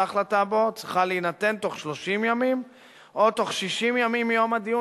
וההחלטה בו צריכה להינתן בתוך 30 ימים או בתוך 60 ימים מיום הדיון,